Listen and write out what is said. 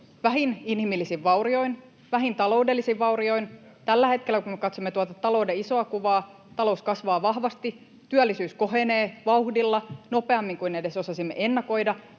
vähin inhimillisin vaurioin, vähin taloudellisin vaurioin. Tällä hetkellä, kun katsomme tuota talouden isoa kuvaa, talous kasvaa vahvasti, työllisyys kohenee vauhdilla, nopeammin kuin edes osasimme ennakoida.